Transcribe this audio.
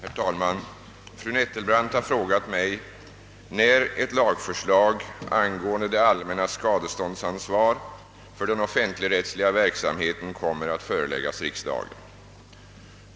Herr talman! Fru Nettelbrandt har frågat mig när ett lagförslag angående det allmännas skadeståndsansvar för den = offentligrättsliga verksamheten kommer att föreläggas riksdagen.